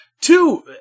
two